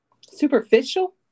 superficial